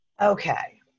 Okay